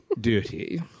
duty